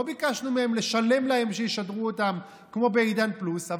לא ביקשנו מהם לשלם להם שישדרו אותם כמו בעידן פלוס,